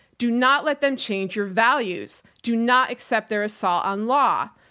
do not let them change your values. do not accept their assault on law,